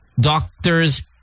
doctors